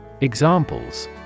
Examples